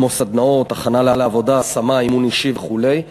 כמו סדנאות הכנה לעבודה, השמה, אימון אישי וכו'.